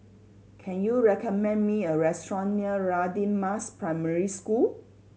can you recommend me a restaurant near Radin Mas Primary School